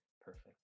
Perfect